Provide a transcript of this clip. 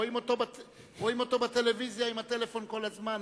רואים אותו בטלוויזיה עם הטלפון כל הזמן.